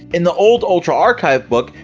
in the old ultra archive book,